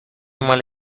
مال